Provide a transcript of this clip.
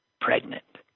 pregnant